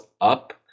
up